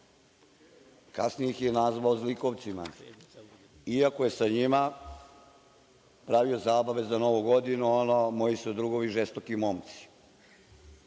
kasnije ih je nazvao zlikovcima iako je sa njima radio zabave za Novu godinu, ono, „moji su drugovi žestoki momci“.